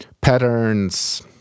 patterns